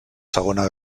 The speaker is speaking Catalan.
segona